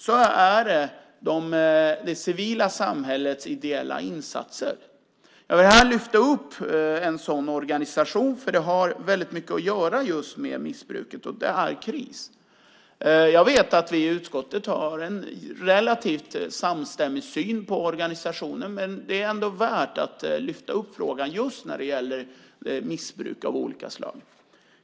Det handlar om det civila samhällets ideella insatser. Jag vill här lyfta upp en sådan organisation - för det har väldigt mycket att göra just med missbruket - och det är Kris. Jag vet att vi i utskottet har en relativt samstämmig syn på organisationen, men det är ändå värt att lyfta upp frågan just när det gäller missbruk av olika slag.